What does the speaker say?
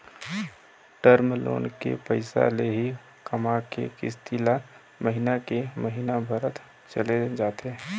term loan के पइसा ले ही कमा के किस्ती ल महिना के महिना भरत चले जाथे